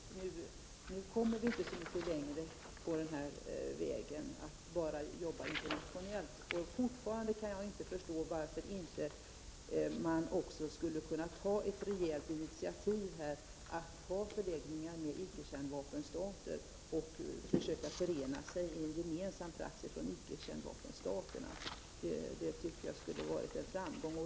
Nu kommer vi inte mycket längre på vägen att bara arbeta internationellt. Fortfarande kan jag inte förstå varför man inte också skulle kunna ta ett rejält initiativ till att ha överläggningar med icke-kärnvapenstater om att försöka förena sig i en gemensam praxis. Det tycker jag skulle varit en fram gång.